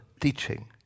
teaching